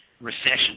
recession